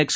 x